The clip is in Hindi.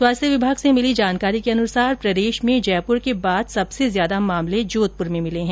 स्वास्थ्य विभाग से मिली जानकारी के अनुसार प्रदेश में जयपुर के बाद सबसे ज्यादा मामले जोधपुर में मिले हैं